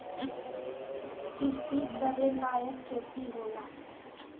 किरसी करे लायक खेत होला